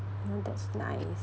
oh that's nice